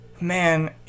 man